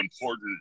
important